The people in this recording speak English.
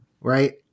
right